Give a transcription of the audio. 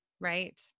Right